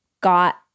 got